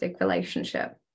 relationship